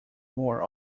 more